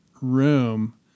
room